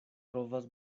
trovas